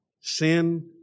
Sin